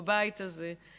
בבית הזה,